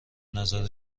نظر